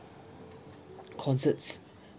concerts